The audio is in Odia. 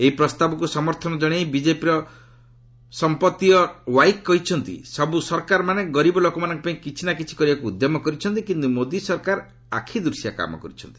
ଏହି ପ୍ରସ୍ତାବକୁ ସମର୍ଥନ ଜଣାଇ ବିଜେପିର ସମ୍ପତିୟ ୱାଇକ୍ କହିଛନ୍ତି ସବୁ ସରକାରମାନେ ଗରିବ ଲୋକମାନଙ୍କ ପାଇଁ କିଛି ନା କିଛି କରିବାକୁ ଉଦ୍ୟମ କରିଛନ୍ତି କିନ୍ତୁ ମୋଦୀ ସରକାର ଆଖିଦୃଶିଆ କାମ କରିଛନ୍ତି